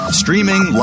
streaming